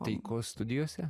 taikos studijose